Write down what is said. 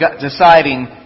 deciding